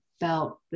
felt